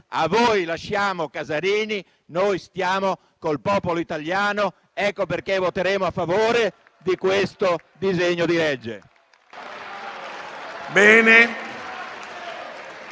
A voi lasciamo Casarini. Noi stiamo col popolo italiano. Ecco perché voteremo a favore di questo disegno di legge.